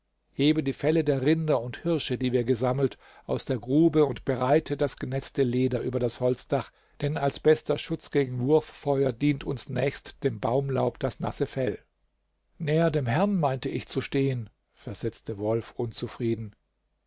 hebe die felle der rinder und hirsche die wir gesammelt aus der grube und breite das genetzte leder über das holzdach denn als bester schutz gegen wurffeuer dient uns nächst dem baumlaub das nasse fell näher dem herrn meinte ich zu stehen versetzte wolf unzufrieden